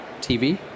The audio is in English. TV